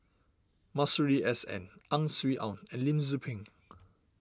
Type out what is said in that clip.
Masuri S N Ang Swee Aun and Lim Tze Peng